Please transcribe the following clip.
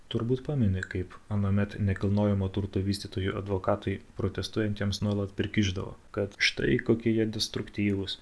turbūt pameni kaip anuomet nekilnojamo turto vystytojų advokatai protestuojantiems nuolat prikišdavo kad štai kokie jie destruktyvūs